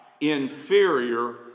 inferior